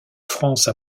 france